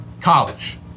College